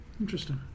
Interesting